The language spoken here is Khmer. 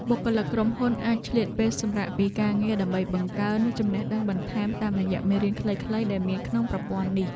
បុគ្គលិកក្រុមហ៊ុនអាចឆ្លៀតពេលសម្រាកពីការងារដើម្បីបង្កើនចំណេះដឹងបន្ថែមតាមរយៈមេរៀនខ្លីៗដែលមានក្នុងប្រព័ន្ធនេះ។